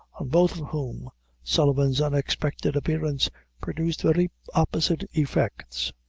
on both of whom sullivan's unexpected appearance produced very opposite effects.